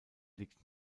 liegt